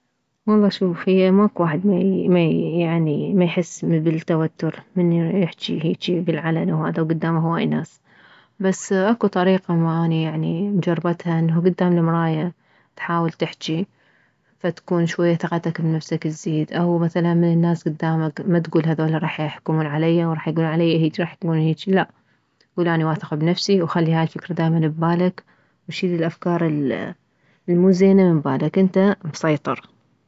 والله شوف هي ماكو واحد ما يعني ما يحس بالتوتر من يحجي هيجي بالعلن وهذا وكدامه هوايه ناس بس اكو طريقة والله اني يعني مجربتها انه كدام المراية تحاول تحجي فتكون شوية ثقتك بنفسك تزيد او مثلا من الناس كدامك ما تكول هذوله راح يحكمون عليه وراح يكولون عليه هيج راح يكولون هيج لا كول اني واثق بنفسي وخلي هاي الفكرة دائما ببالك وشيل الافكار الموزينة من بالك انت مسيطر